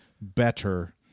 better